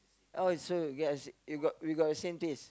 oh so we got we got we got same taste